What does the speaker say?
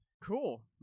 Cool